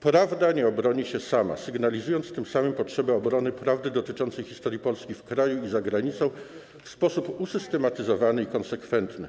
prawda nie obroni się sama, sygnalizując tym samym potrzebę obrony prawdy dotyczącej historii Polski w kraju i za granicą w sposób usystematyzowany i konsekwentny.